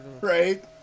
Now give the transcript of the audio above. Right